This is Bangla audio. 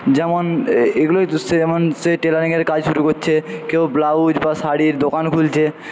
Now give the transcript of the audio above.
যেমন এগুলোই তো সে যেমন সে টেইলারিংয়ের কাজ শুরু করছে কেউ ব্লাউজ বা শাড়ির দোকান খুলছে